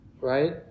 right